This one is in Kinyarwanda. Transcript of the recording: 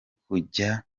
kujya